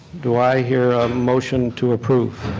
do i hear a motion to approve?